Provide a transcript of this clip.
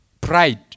pride